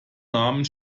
namen